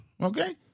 Okay